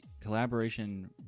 collaboration